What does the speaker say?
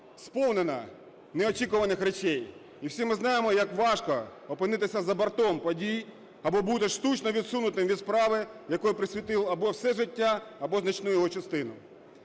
сповнено не очікуваних речей, і всі ми знаємо, як важко опинитися за бортом подій, або бути штучно відсунутим від справи, якій присвятив або все життя, або значну його частину.